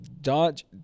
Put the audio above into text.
Dodge